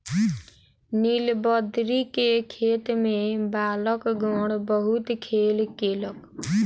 नीलबदरी के खेत में बालकगण बहुत खेल केलक